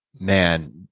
Man